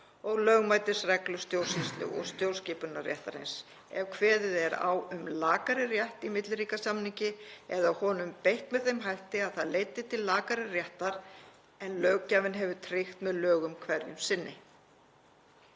og lögmætisreglu stjórnsýslu- og stjórnskipunarréttarins, ef kveðið er á um lakari rétt í milliríkjasamningi eða honum beitt með þeim hætti að það leiddi til lakari réttar en löggjafinn hefur tryggt með lögum hverju sinni.